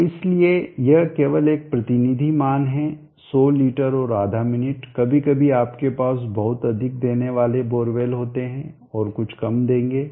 तो इसलिए यह केवल एक प्रतिनिधि मान है 100 लीटर और आधा मिनट कभी कभी आपके पास बहुत अधिक देने वाले बोरवेल होते हैं और कुछ कम देंगे